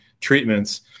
treatments